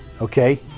Okay